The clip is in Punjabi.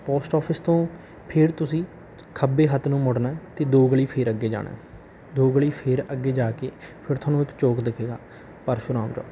ਪੋਸਟ ਆਫਿਸ ਤੋਂ ਫਿਰ ਤੁਸੀਂ ਖੱਬੇ ਹੱਥ ਨੂੰ ਮੁੜਨਾ ਅਤੇ ਦੋ ਗਲੀ ਫਿਰ ਅੱਗੇ ਜਾਣਾ ਦੋ ਗਲੀ ਫਿਰ ਅੱਗੇ ਜਾ ਕੇ ਫਿਰ ਤੁਹਾਨੂੰ ਇੱਕ ਚੌਂਕ ਦਿਖੇਗਾ ਪਰਸੂ ਰਾਮ ਦਾ